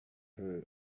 heard